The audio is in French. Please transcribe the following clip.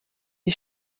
des